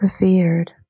revered